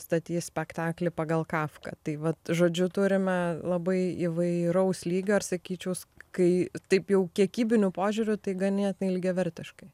statys spektaklį pagal kafką tai vat žodžiu turime labai įvairaus lygio ar sakyčiau s kai taip jau kiekybiniu požiūriu tai ganėtinai lygiavertiškai